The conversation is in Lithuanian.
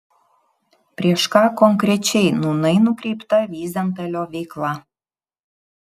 prieš ką konkrečiai nūnai nukreipta vyzentalio veikla